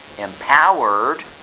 empowered